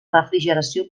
refrigeració